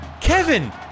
Kevin